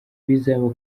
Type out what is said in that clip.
bizaba